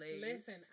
Listen